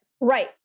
Right